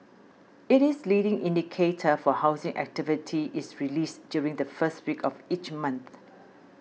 it is leading indicator for housing activity is released during the first week of each month